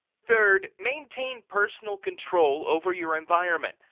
third. maintain personal control over your environment.